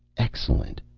excellent!